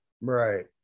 right